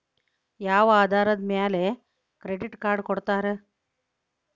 ಯಾವ ಆಧಾರದ ಮ್ಯಾಲೆ ಕ್ರೆಡಿಟ್ ಕಾರ್ಡ್ ಕೊಡ್ತಾರ?